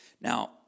Now